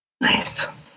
nice